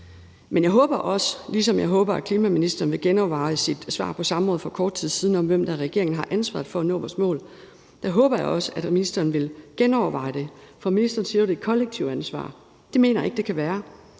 forklaringen på. Ligesom jeg håber, at klimaministeren vil genoverveje sit svar på samrådet for kort tid siden på, hvem der i regeringen har ansvaret for at nå vores mål, håber jeg også, at ministeren vil genoverveje det, for ministeren siger jo, at det er et kollektivt ansvar. Det mener jeg ikke det kan være.